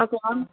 okay ma'am